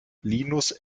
linus